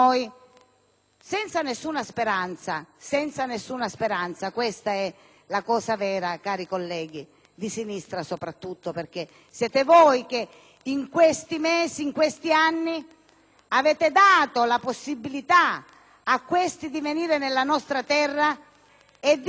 e arrivano da noi senza nessuna speranza. Questa è l'unica cosa vera, cari colleghi, di sinistra soprattutto, perché siete voi che in questi mesi e in questi anni avete dato loro la possibilità di venire nella nostra terra e di...